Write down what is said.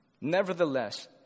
Nevertheless